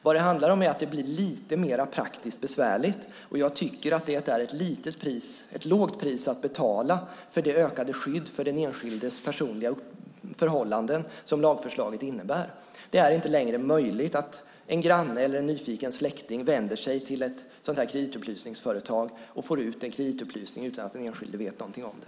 Vad det handlar om är att det blir lite mer praktiskt besvärligt, och jag tycker att det är ett lågt pris att betala för det ökade skydd av den enskildes personliga förhållanden som lagförslaget innebär. Det är inte längre möjligt att en granne eller en nyfiken släkting vänder sig till ett kreditupplysningsföretag och får ut en kreditupplysning utan att den enskilde vet något om det.